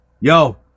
Yo